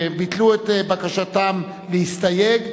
ביטלו את בקשתם להסתייג,